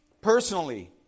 personally